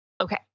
okay